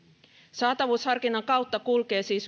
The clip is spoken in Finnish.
saatavuusharkinnan kautta kulkee siis